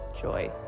joy